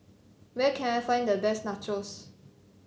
where can I find the best Nachos